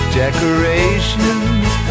decorations